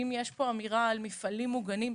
אם יש פה אמירה על מפעלים מוגנים,